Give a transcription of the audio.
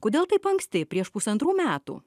kodėl taip anksti prieš pusantrų metų